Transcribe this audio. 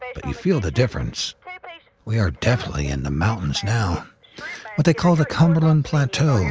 but you feel the difference. we are definitely in the mountains now what they call the cumberland plateau.